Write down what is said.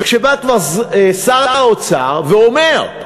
כשבא כבר שר האוצר ואומר: